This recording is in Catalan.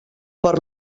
per